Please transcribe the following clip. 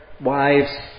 wives